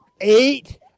Eight